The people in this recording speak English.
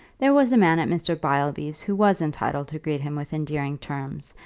there was a man at mr. beilby's who was entitled to greet him with endearing terms,